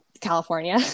California